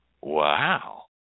Wow